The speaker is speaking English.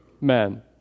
men